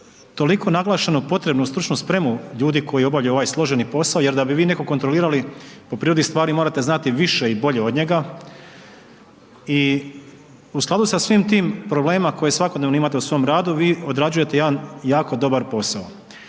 toliko naglašenu stručnu spremu ljudi koji obavljaju ovaj složeni posao, jer da bi vi nekog kontrolirali po prirodi stvari morate znati više i bolje od njega i u skladu sa svim tim problemima koje svakodnevno imate u svom radu vi odrađujete jedan jako dobar posao